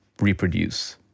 reproduce